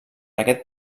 aquest